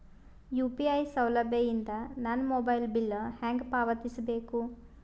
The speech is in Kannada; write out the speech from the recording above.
ಯು.ಪಿ.ಐ ಸೌಲಭ್ಯ ಇಂದ ನನ್ನ ಮೊಬೈಲ್ ಬಿಲ್ ಹೆಂಗ್ ಪಾವತಿಸ ಬೇಕು?